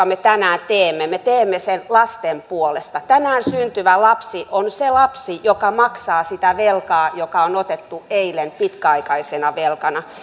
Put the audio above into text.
me tänään teemme me teemme lasten puolesta tänään syntyvä lapsi on se lapsi joka maksaa sitä velkaa joka on otettu eilen pitkäaikaisena velkana